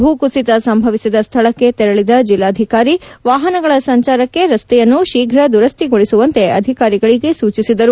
ಭೂಕುಸಿತ ಸಂಭವಿಸಿದ ಸ್ವಳಕ್ಕೆ ತೆರಳಿದ ಜಿಲ್ಲಾಧಿಕಾರಿ ವಾಹನಗಳ ಸಂಚಾರಕ್ಕೆ ರಸ್ತೆಯನ್ನು ಶೀಫ್ರ ದುರಸ್ವಿಗೊಳಿಸುವಂತೆ ಅಧಿಕಾರಿಗಳಿಗೆ ಸೂಚಿಸಿದರು